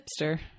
hipster